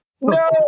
No